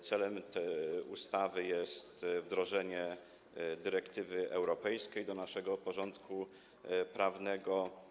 Celem ustawy jest wdrożenie dyrektywy europejskiej do naszego porządku prawnego.